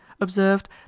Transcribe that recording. observed